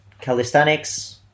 calisthenics